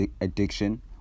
addiction